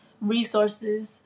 resources